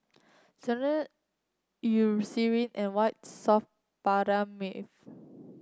Sebamed Eucerin and White Soft